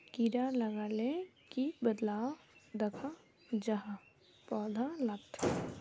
कीड़ा लगाले की बदलाव दखा जहा पौधा लात?